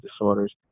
disorders